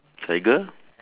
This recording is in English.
tiger